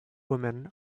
women